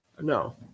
No